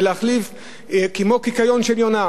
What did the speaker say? ולהחליף כמו הקיקיון של יונה,